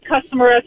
customer